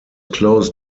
close